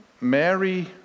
Mary